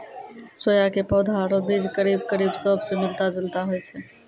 सोया के पौधा आरो बीज करीब करीब सौंफ स मिलता जुलता होय छै